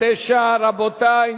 התשס"ט 2009. רבותי,